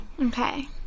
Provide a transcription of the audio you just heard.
okay